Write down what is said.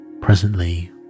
Presently